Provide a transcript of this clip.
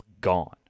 gone